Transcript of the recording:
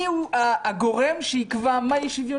מי הוא הגורם שיקבע מהי שוויוניות.